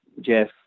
Jeff